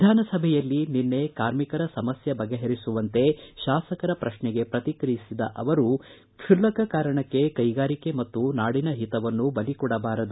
ವಿಧಾನ ಸಭೆಯಲ್ಲಿ ನಿನ್ನೆ ಕಾರ್ಮಿಕರ ಸಮಸ್ತೆ ಬಗೆಹರಿಸುವಂತೆ ಶಾಸಕರ ಪ್ರಶ್ನೆಗೆ ಪ್ರತಿಕ್ರಿಯಿಸಿದ ಅವರು ಕ್ಷುಲ್ಲಕ ಕಾರಣಕ್ಕೆ ಕೈಗಾರಿಕೆ ಮತ್ತು ನಾಡಿನ ಹಿತವನ್ನು ಬಲಿಕೊಡಬಾರದು